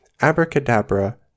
abracadabra